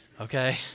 Okay